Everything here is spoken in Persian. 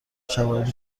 شواهدی